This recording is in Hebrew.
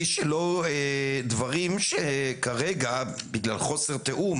יש דברים שכרגע, בגלל חוסר תיאום